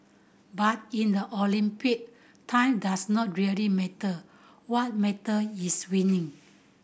but in the Olympic time does not really matter what matter is winning